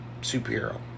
superhero